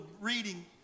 reading